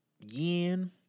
yen